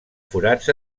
forats